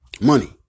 Money